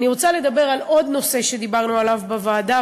אני רוצה לדבר על עוד נושא שדיברנו עליו בוועדה,